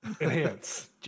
Enhance